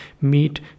meet